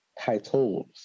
titles